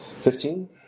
Fifteen